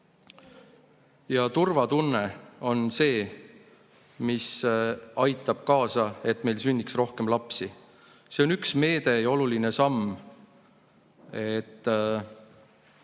ja turvatunne on see, mis aitab kaasa sellele, et meil sünniks rohkem lapsi. See on üks meede ja oluline samm, et